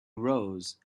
rose